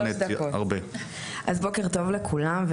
בוקר טוב לכולם,